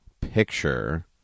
picture